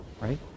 right